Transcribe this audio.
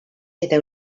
eta